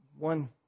One